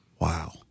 Wow